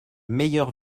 meilleure